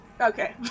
Okay